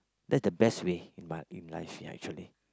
that's the best way in my in life ya actually